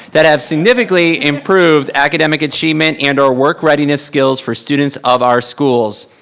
that have significantly improved academic achievement and our work readiness skills for students of our schools.